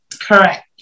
Correct